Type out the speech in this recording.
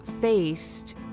faced